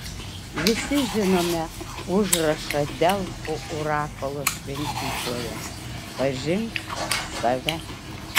visi žinome užrašą delfų orakulo šventykloje pažink save